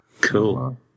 Cool